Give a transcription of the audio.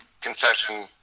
concession